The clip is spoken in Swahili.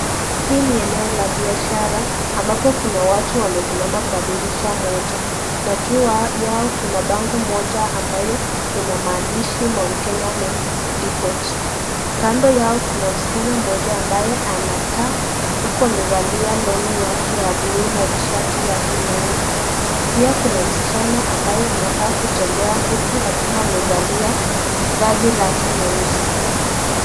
Hii ni eneo ya biashara ambapo kuna watu wamesimama kwa dirisha moja. Na juu yao kuna bango moja ambayo ina maandishi Mount Kenya milk depot . Kando yao kuna msichana mmoja ambaye anakaa huku amevalia longi yake ya bluu na t-shirt[cs yake nyeupe. Pia kuna msichana ambaye anakaa kutembea huku akiwa amevalia vazi lake nyeusi.